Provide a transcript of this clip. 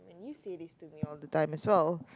and you say this to me all the time as well